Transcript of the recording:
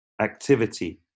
activity